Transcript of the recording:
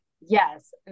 Yes